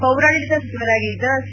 ಪೌರಾಡಳಿತ ಸಚಿವರಾಗಿದ್ದ ಸಿ